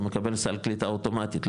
אתה מקבל סל קליטה אוטומטית,